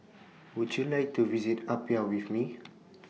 Would YOU like to visit Apia with Me